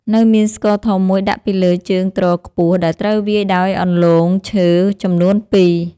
នៅមានស្គរធំមួយដាក់ពីលើជើងទ្រខ្ពស់ ដែលត្រូវវាយដោយអន្លូងឈើចំនួនពីរ។